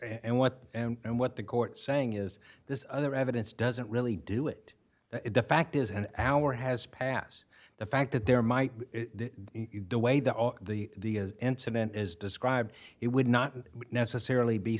and what and what the court saying is this other evidence doesn't really do it the fact is an hour has passed the fact that there might be the way that the incident is described it would not necessarily be